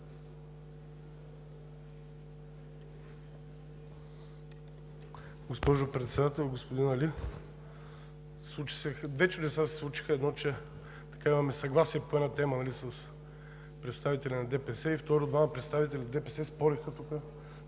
Госпожо Председател, господин Али! Две чудеса се случиха. Едното е, че имаме съгласие по една тема с представители на ДПС, и, второ, двама представители на ДПС спореха тук